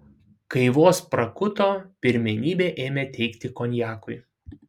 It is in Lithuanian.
kai vos prakuto pirmenybę ėmė teikti konjakui